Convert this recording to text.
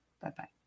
Bye-bye